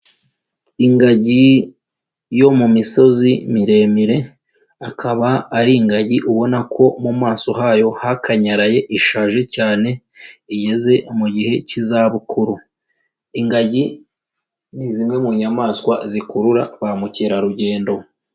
Ingagi yo mu misozi miremire akaba ari ingagi ubona ko mu maso hayo hakanyaraye ishaje cyane igeze mu gihe cy'izabukuru, ingagi ni zimwe mu nyamaswa zikurura ba mukerarugendo.